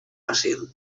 pacient